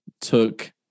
took